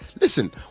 listen